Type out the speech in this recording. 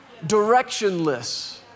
directionless